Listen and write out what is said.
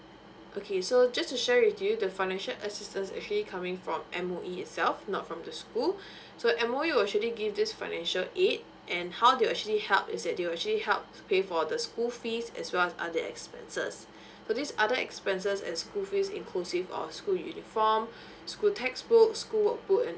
okay so just to share with you the financial assistance actually coming from M_O_E itself not from the school so M_O_E will actually give this financial aid and how to actually help is that they will actually help to pay for the school fees as well as other expenses so this other expenses as school fees inclusive or school uniform school textbook school work book and